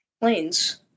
planes